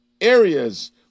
areas